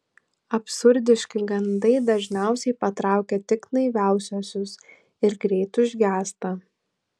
absurdiški gandai dažniausiai patraukia tik naiviausiuosius ir greit užgęsta